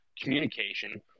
communication